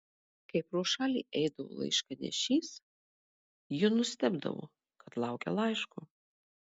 kai pro šalį eidavo laiškanešys ji nustebdavo kad laukia laiško